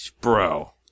Bro